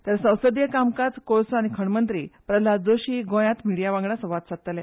तर संसदीय कामकाज कोळसो आनी खणमंत्री प्रल्हाद जोशी गोयांत मिडीया वांगडा संवाद सादलो